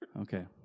Okay